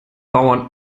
bauern